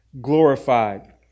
glorified